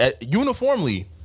uniformly